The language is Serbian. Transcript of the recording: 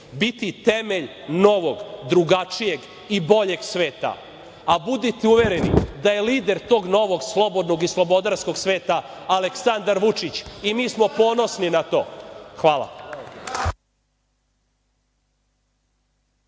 biti temelj novog, drugačijeg i boljeg sveta, a budite uvereni da je lider tog novog slobodnog i slobodarskog sveta Aleksandar Vučić i mi smo ponosni na to. Hvala.